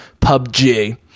PUBG